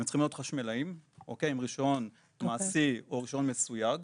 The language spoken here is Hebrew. הם צריכים להיות חשמלאים עם רישיון מעשי או רישיון מסויג,